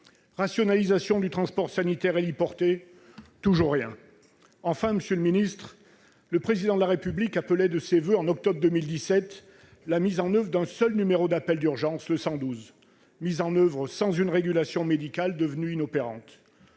rationalisation du transport sanitaire héliporté. Enfin, en octobre 2017, le Président de la République appelait de ses voeux la mise en oeuvre d'un seul numéro d'appel d'urgence, le 112 : mise en oeuvre sans une régulation médicale devenue inopérante.